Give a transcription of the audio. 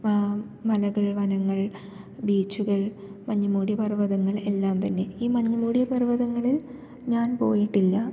മലകൾ വനങ്ങൾ ബീച്ചുകൾ മഞ്ഞ് മൂടിയ പർവതങ്ങൾ എല്ലാം തന്നെ ഈ മഞ്ഞ് മൂടിയ പർവ്വതങ്ങളിൽ ഞാൻ പോയിട്ടില്ല